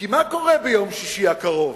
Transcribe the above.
כי מה קורה ביום שישי הקרוב,